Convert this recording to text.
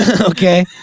okay